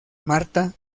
marta